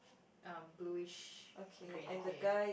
um bluish green okay ya